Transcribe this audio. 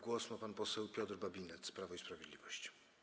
Głos ma pan poseł Piotr Babinetz, Prawo i Sprawiedliwość.